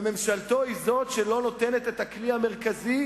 וממשלתו היא זאת שלא נותנת את הכלי המרכזי